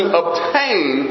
obtain